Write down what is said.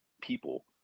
people